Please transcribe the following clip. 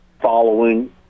following